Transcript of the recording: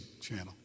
channel